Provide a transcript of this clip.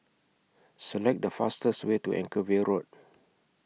Select The fastest Way to Anchorvale Road